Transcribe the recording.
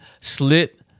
slip